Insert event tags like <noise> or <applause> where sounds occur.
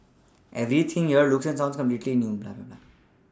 everything here looks and sounds completely new <unintelligible>